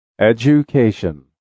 Education